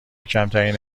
کمترین